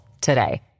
today